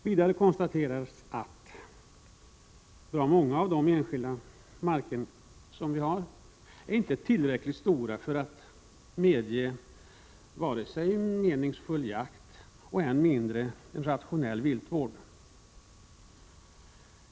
Vidare konstaterar jag att bra många av de enskilda markinnehaven inte är tillräckligt stora för att medge en meningsfull jakt och än mindre en rationell viltvård.